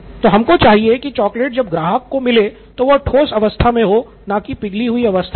तो हमको चाहिए कि चॉकलेट जब ग्राहक को मिले तो वो ठोस अवस्था मे हो ना की पिघली हुई अवस्था मे